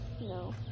No